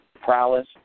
prowess